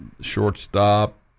shortstop